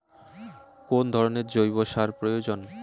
কোন ধরণের জৈব সার প্রয়োজন?